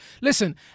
Listen